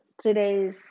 today's